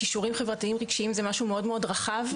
כישורים חברתיים זה משהו מאוד רחב,